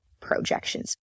projections